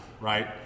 right